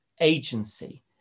agency